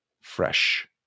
fresh